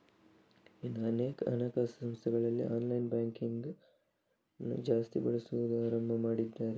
ಇಂದು ಅನೇಕ ಹಣಕಾಸು ಸಂಸ್ಥೆಗಳಲ್ಲಿ ಆನ್ಲೈನ್ ಬ್ಯಾಂಕಿಂಗ್ ಅನ್ನು ಜಾಸ್ತಿ ಬಳಸುದನ್ನ ಆರಂಭ ಮಾಡಿದ್ದಾರೆ